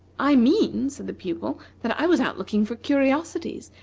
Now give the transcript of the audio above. i mean, said the pupil, that i was out looking for curiosities,